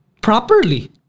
properly